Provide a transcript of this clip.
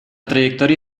trayectoria